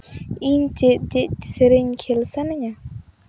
ᱤᱧ ᱪᱮᱫ ᱪᱮᱫ ᱥᱮᱨᱮᱧ ᱠᱷᱮᱹᱞ ᱥᱟᱱᱟᱧᱟ